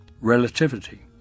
relativity